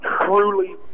truly